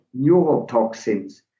neurotoxins